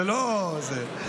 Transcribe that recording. זה יחזיק, תראה את ארבל.